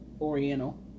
Oriental